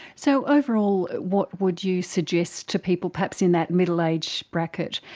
so overall what would you suggest to people, perhaps in that middle age bracket,